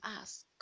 ask